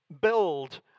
build